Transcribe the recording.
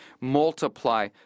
multiply